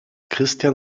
christian